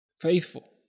faithful